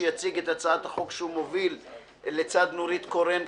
שיציג את הצעת החוק שהוא מוביל לצד נורית קורן,